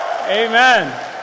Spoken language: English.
Amen